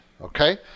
okay